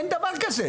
אין דבר כזה.